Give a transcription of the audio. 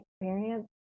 experience